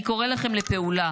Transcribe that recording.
אני קורא לכם לפעולה